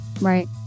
right